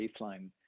baseline